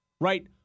Right